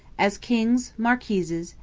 as kings, marquises,